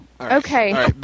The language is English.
Okay